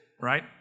right